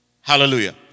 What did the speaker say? Hallelujah